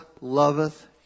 loveth